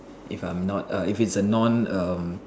if I'm not err if it's a non um